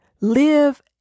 live